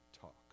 talk